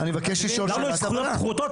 יש לנו זכויות פחותות?